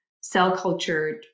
cell-cultured